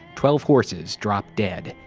twelve horses dropped dead,